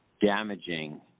damaging